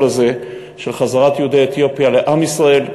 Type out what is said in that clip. הזה של חזרת יהודי אתיופיה לעם ישראל ולארץ-ישראל.